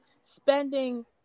spending